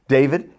David